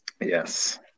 Yes